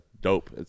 dope